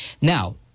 Now